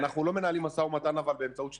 אנחנו לא מנהלים משא ומתן באמצעות שליחים.